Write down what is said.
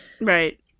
right